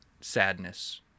sadness